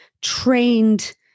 trained